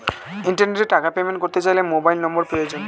ইন্টারনেটে টাকা পেমেন্ট করতে চাইলে মোবাইল নম্বর প্রয়োজন